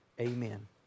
Amen